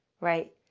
right